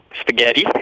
Spaghetti